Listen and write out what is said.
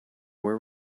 where